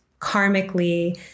karmically